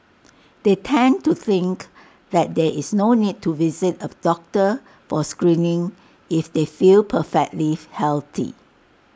they tend to think that there is no need to visit A doctor for screening if they feel perfectly healthy